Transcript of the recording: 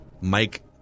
Mike